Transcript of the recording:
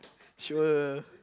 sure